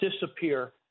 disappear